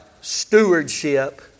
stewardship